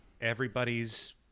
everybody's